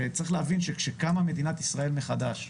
וצריך להבין, שכשכמה מדינת ישראל מחדש,